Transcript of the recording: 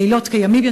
לילות כימים,